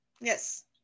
Yes